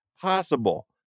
possible